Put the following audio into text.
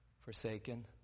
forsaken